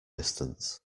distance